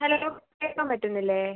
hello hello കേൾക്കാൻ പറ്റുന്നില്ലെ